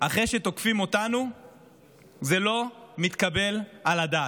אחרי שתוקפים אותנו זה לא מתקבל על הדעת.